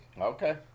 Okay